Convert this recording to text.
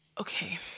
okay